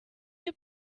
your